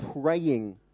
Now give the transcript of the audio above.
praying